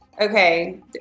okay